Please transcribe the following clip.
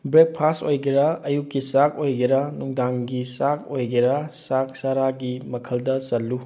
breakfast ꯑꯣꯏꯒꯦꯔ ꯑꯌꯨꯛꯀꯤ ꯆꯥꯛ ꯑꯣꯏꯒꯦꯔ ꯅꯨꯡꯗꯥꯡꯒꯤ ꯆꯥꯛ ꯑꯣꯏꯒꯦꯔ ꯆꯥꯛ ꯆꯔꯥꯒꯤ ꯃꯈꯜꯗ ꯆꯜꯂꯨ